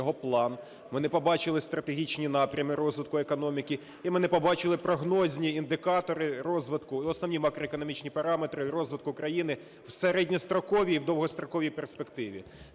не побачили стратегічні напрями розвитку економіки. І ми не побачили прогнозні індикатори розвитку і основні макроекономічні параметри розвитку країни в середньостроковій і в довгостроковій перспективі.